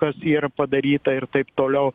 kas yra padaryta ir taip toliau